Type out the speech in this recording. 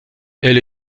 elle